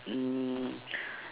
mm